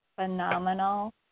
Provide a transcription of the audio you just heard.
phenomenal